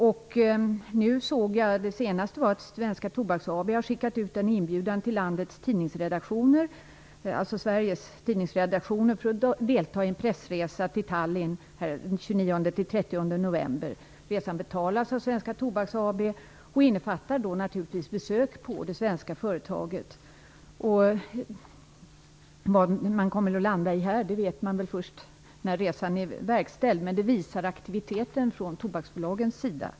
Det senaste jag sett är att Svenska Tobaks AB har skickat ut en inbjudan till Sveriges tidningsredaktioner att delta i en pressresa till Tallinn den 29 - den 30 november. Resan betalas av Svenska Tobaks AB och innefattar naturligtvis besök på det svenska företaget. Var man landar här vet vi väl först när resan är verkställd. Detta visar i alla fall på aktiviteten från tobaksbolagens sida.